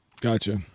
Gotcha